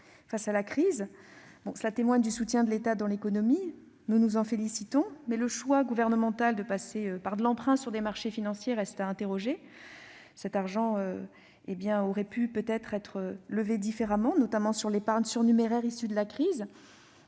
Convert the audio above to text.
face à la crise. Cela témoigne du soutien de l'État à l'économie, et nous nous en félicitons. Mais le choix gouvernemental d'en passer par l'emprunt sur les marchés financiers doit être interrogé. Cet argent aurait pu être levé différemment, notamment sur l'épargne surnuméraire issue de la crise.